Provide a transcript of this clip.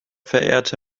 verehrte